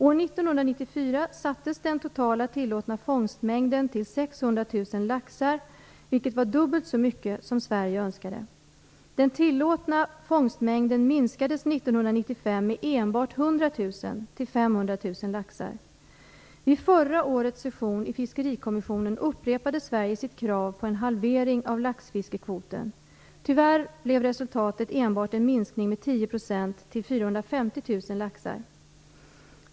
År 1994 sattes den totala tillåtna fångstmängden till 600 000 laxar, vilket var dubbelt så mycket som Sverige önskade. Den tillåtna fångstmängden minskades 1995 med enbart Fiskerikommissionen upprepade Sverige sitt krav på en halvering av laxfiskekvoten. Tyvärr blev resultatet en minskning med enbart 10 % till 450 000 laxar.